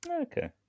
Okay